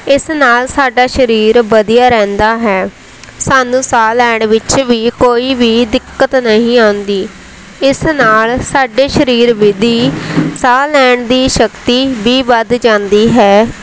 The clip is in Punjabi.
ਇਸ ਨਾਲ ਸਾਡਾ ਸ਼ਰੀਰ ਵਧੀਆ ਰਹਿੰਦਾ ਹੈ ਸਾਨੂੰ ਸਾਹ ਲੈਣ ਵਿੱਚ ਵੀ ਕੋਈ ਵੀ ਦਿੱਕਤ ਨਹੀਂ ਆਉਂਦੀ ਇਸ ਨਾਲ ਸਾਡੇ ਸਰੀਰ ਵਿਧੀ ਸਾਹ ਲੈਣ ਦੀ ਸ਼ਕਤੀ ਵੀ ਵੱਧ ਜਾਂਦੀ ਹੈ